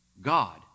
God